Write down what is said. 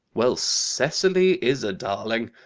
well, cecily is a darling.